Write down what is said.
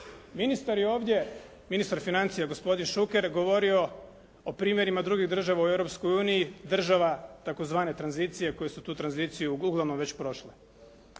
Ministar je ovdje, ministar financija gospodin Šuker govorio o primjerima drugih država u Europskoj uniji, država tzv. tranzicije koje su tu tranziciju oguglano već prošle.